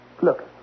Look